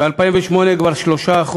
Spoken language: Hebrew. ב-2008 כבר 3%,